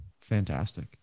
Fantastic